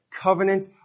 Covenant